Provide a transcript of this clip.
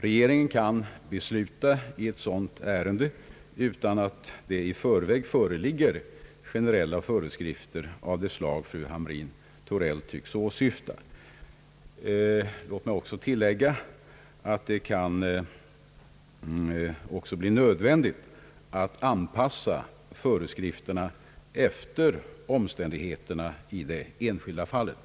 Regcringen kan besluta i ett sådant ärende, utan att det i förväg föreligger generella föreskrifter av det slag som fru Hamrin-Thorell tycks åsyfta. Låt mig också få tillägga att det även kan bli nödvändigt att anpassa föreskrifterna efter omständigheterna i det enskilda fallet.